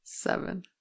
Seven